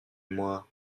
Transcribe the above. moi